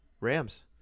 Rams